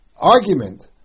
argument